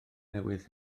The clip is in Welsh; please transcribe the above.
newydd